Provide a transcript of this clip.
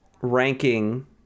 ranking